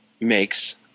makes